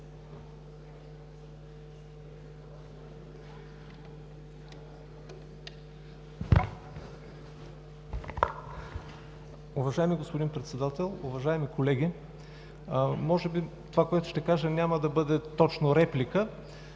Уважаеми господин Председател, уважаеми колеги! Може би това, което ще кажа, няма да бъде точно реплика,